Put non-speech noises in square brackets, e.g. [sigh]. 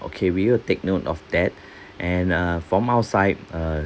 okay we will take note of that [breath] and uh from our side uh